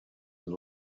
and